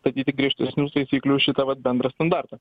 statyti griežtesnių taisyklių už šitą vat bendrą standartą